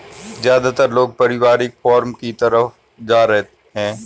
ज्यादातर लोग पारिवारिक फॉर्म की तरफ जा रहै है